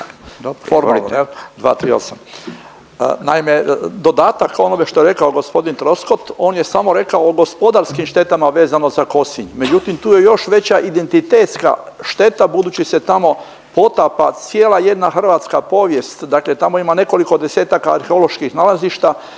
naime dodatak onome što je rekao gospodin Troskot on je samo rekao o gospodarskim štetama vezano za Kosinj međutim tu je još već identitetska šteta budući se tamo potapa cijela jedna hrvatska povijest. Dakle tamo ima nekoliko desetaka arheoloških nalazišta